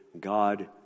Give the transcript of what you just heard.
God